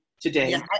today